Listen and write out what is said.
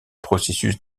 processus